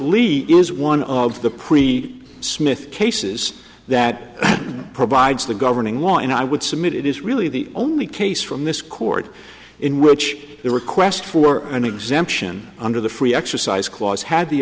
levy is one of the pre smith cases that provides the governing one i would submit it is really the only case from this court in which a request for an exemption under the free exercise clause had the